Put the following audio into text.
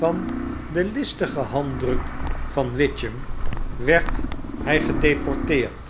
van den listigen handdruk van witchem werd hj gedeporteerd